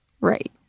Right